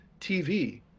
TV